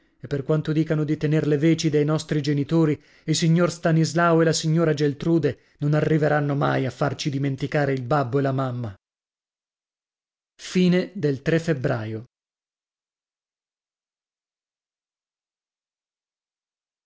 e per quanto dicano di tener le veci dei nostri genitori il signor stanislao e la signora geltrude non arriveranno mai a farei dimenticare il babbo e la mamma febbraio